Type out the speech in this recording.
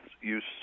use